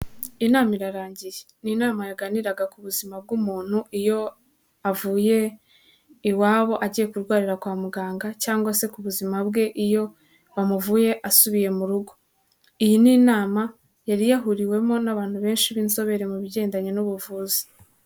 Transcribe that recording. Inama irarangiye, ni inama yaganiraga ku buzima bw'umuntu iyo avuye iwabo agiye kurwarira kwa muganga cyangwa se ku buzima bwe iyo bamuvuye asubiye mu rugo, iyi ni inama yari yahuriwemo n'abantu benshi b'inzobere mu bigendanye n'ubuvuzi.